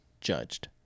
judged